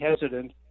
hesitant